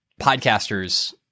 podcasters